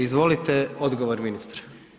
Izvolite odgovor, ministre.